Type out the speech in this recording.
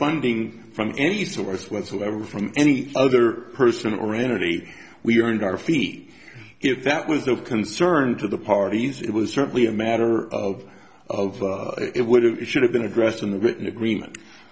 funding from any source whatsoever from any other person or entity we earned our fee if that was the concern to the parties it was certainly a matter of of it would have should have been addressed in the written agreement